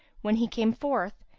when he came forth,